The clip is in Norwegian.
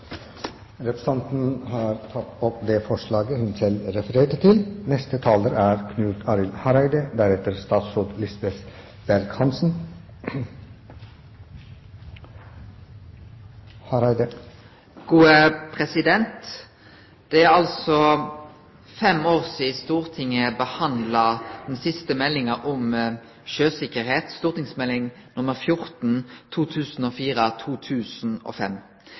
Representanten Janne Sjelmo Nordås har tatt opp det forslaget hun refererte til. Det er fem år sidan Stortinget behandla den siste meldinga om sjøsikkerheit, St.meld. nr. 14